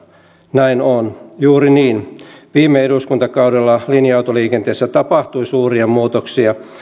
näin on juuri niin viime eduskuntakaudella linja autoliikenteessä tapahtui suuria muutoksia